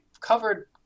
covered